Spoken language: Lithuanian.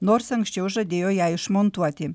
nors anksčiau žadėjo ją išmontuoti